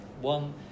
one